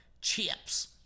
Chips